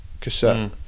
cassette